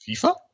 FIFA